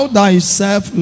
thyself